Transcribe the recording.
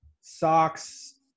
Socks